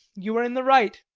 you are in the right.